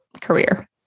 career